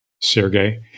Sergey